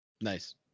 Nice